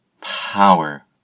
power